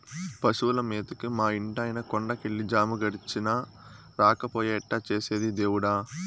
పశువుల మేతకి మా ఇంటాయన కొండ కెళ్ళి జాము గడిచినా రాకపాయె ఎట్టా చేసేది దేవుడా